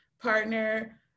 partner